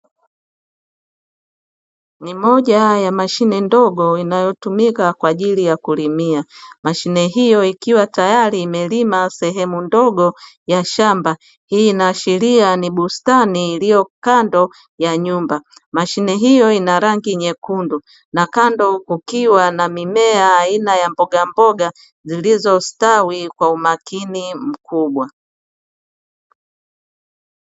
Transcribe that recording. Ni moja ya mashine ndogo inayotumika kwa ajili ya kulimia. Mashine hiyo ikiwa tayari imelima sehemu ndogo ya shamba. Hii inaashiria ni bustani iliyo kando ya nyumba. Mashine hiyo ina rangi nyekundu na kando kukiwa na mimea aina ya mbogamboga zilizostawi kwa umakini mkubwa.